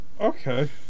Okay